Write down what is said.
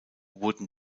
wurde